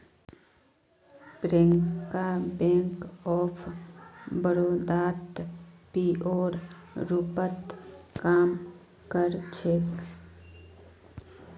Priyanka bank of बड़ौदात पीओर रूपत काम कर छेक